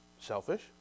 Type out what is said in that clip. Selfish